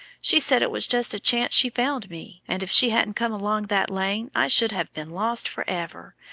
she said it was just a chance she found me, and if she hadn't come along that lane i should have been lost forever!